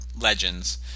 Legends